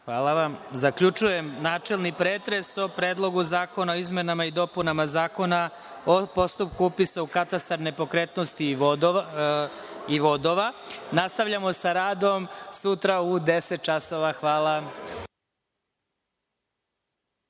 Hvala vam. Zaključujem načelni pretres o Predlogu zakona o izmenama i dopunama Zakona o postupku upisa u katastar nepokretnosti i vodova. Nastavljamo sa radom sutra u 10.00